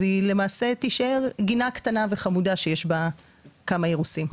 אז היא למעשה תישאר גינה קטנה וחמודה שיש בה כמה אירוסים.